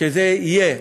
שזה יהיה